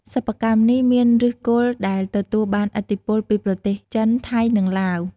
សិប្បកម្មនេះមានឬសគល់ដែលទទួលបានឥទ្ធិពលពីប្រទេសចិន ថៃ និងឡាវ។